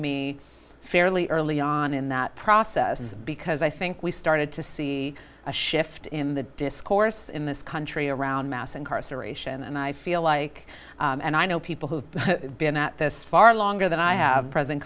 me fairly early on in that process because i think we started to see a shift in the discourse in this country around mass incarceration and i feel like and i know people who've been at this far longer than i have present